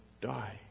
die